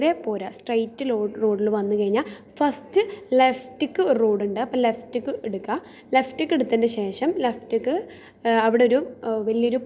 പിന്നെ ഞാൻ മറ്റ് ഭാഷകളിലെ കുറേ സിനിമകളും ഇതും കാണാറുണ്ട് ഇംഗ്ലീഷ് ബേയ്സ്ഡ് ആയി സിനിമകളും സീരീസുകളും ഒക്കെ ഞാൻ കുറേ കാണാറുണ്ട് ഇവരൊക്കെ വീഡിയോസ് നല്ലതും